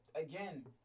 again